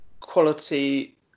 quality